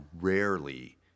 rarely